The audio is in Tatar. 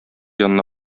янына